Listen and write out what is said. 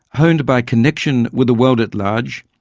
honed by connection with the world at large,